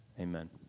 amen